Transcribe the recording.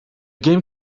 game